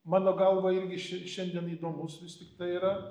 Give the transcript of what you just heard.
mano galva irgi ši šiandien įdomus vis tiktai yra